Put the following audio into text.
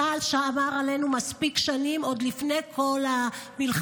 צה"ל שמר עלינו מספיק שנים עוד לפני כל המלחמה